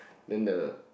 then the